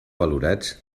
valorats